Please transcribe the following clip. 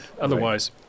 Otherwise